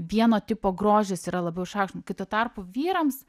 vieno tipo grožis yra labiau išaukš kai tuo tarpu vyrams